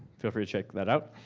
feel free to check that out.